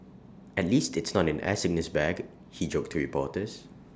at least it's not an air sickness bag he joked to reporters